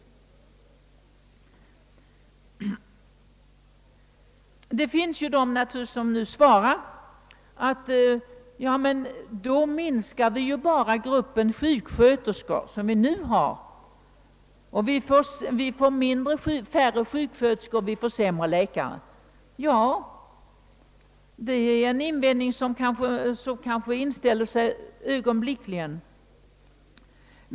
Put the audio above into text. Det finns naturligtvis de som svarar att då minskar vi bara gruppen sjuksköterskor och vi får färre sjukskö terskor och sämre läkare. Ja, det är en tanke som kanske ögonblickligen inställer sig.